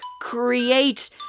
create